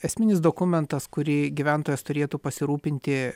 esminis dokumentas kurį gyventojas turėtų pasirūpinti